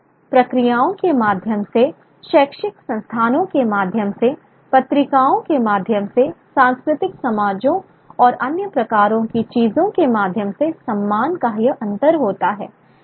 संस्थागत प्रक्रियाओं के माध्यम से शैक्षिक संस्थानों के माध्यम से पत्रिकाओं के माध्यम से सांस्कृतिक समाजों और अन्य प्रकार की चीजों के माध्यम से सम्मान का यह अंतर होता है